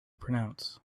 pronounce